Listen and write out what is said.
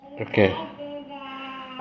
Okay